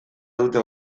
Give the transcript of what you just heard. dute